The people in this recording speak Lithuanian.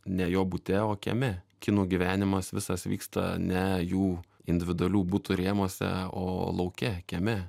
ne jo bute o kieme kinų gyvenimas visas vyksta ne jų individualių butų rėmuose o lauke kieme